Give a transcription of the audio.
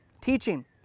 Teaching